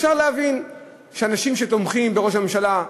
אפשר להבין שאנשים שתומכים בראש הממשלה,